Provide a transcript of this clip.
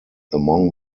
among